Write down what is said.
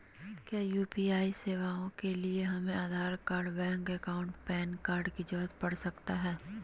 क्या यू.पी.आई सेवाएं के लिए हमें Aadhaar card bank account PAN card की जरूरत पड़ सकता है?